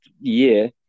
year